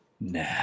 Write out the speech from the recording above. nah